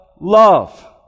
love